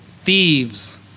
thieves